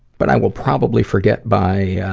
but i will probably forget by, ah,